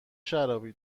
شرابی